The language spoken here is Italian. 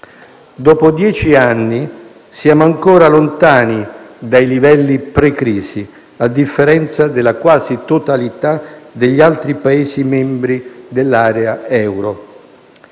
Dopo dieci anni siamo ancora lontani dai livelli precrisi, a differenza della quasi totalità degli altri Paesi membri dell'area euro.